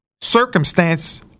circumstance